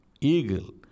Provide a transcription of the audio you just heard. eagle